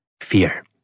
fear